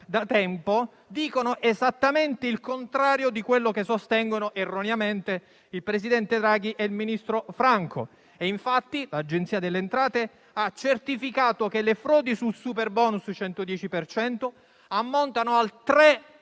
da tempo, dicono esattamente il contrario di quello che sostengono, erroneamente, il presidente Draghi e il ministro Franco. Infatti, l'Agenzia delle entrate ha certificato che le frodi sul superbonus 110 per cento ammontano al 3